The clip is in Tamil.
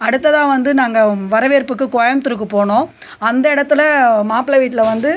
அடுத்ததாக வந்து நாங்கள் வரவேற்புக்கு கோயமுத்தூருக்கு போனோம் அந்த இடத்துல மாப்பிளை வீட்டில் வந்து